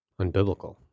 unbiblical